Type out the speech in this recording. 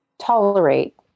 tolerate